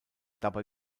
dabei